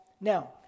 Now